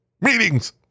meetings